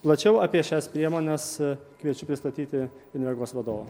plačiau apie šias priemones kviečiu pristatyti invegos vadovą